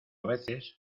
veces